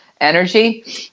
energy